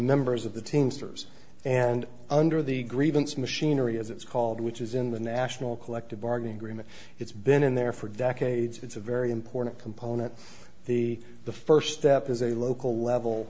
members of the teamsters and under the grievance machinery as it's called which is in the national collective bargaining agreement it's been in there for decades it's a very important component the the first step is a local level